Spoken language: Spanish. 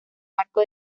marco